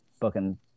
booking